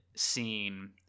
scene